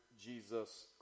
Jesus